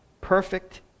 perfect